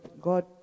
God